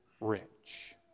rich